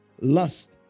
Lust